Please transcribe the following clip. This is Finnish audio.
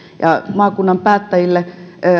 maakunnan päättäjille